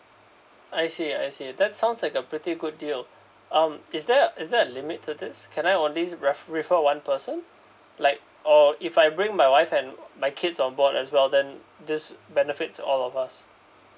I see I see that sounds like a pretty good deal um is there is there a limit to this can I only ref~ refer one person like or if I bring my wife and my kids on board as well then this benefits all of us